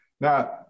Now